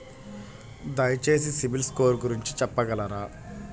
దయచేసి సిబిల్ స్కోర్ గురించి చెప్పగలరా?